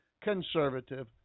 conservative